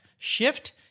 shift